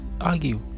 Argue